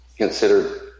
considered